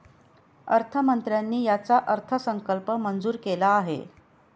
अर्थमंत्र्यांनी याचा अर्थसंकल्प मंजूर केला आहे